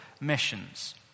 missions